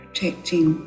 Protecting